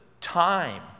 time